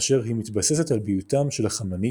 כאשר היא מתבססת על ביותם של החמנית,